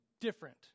different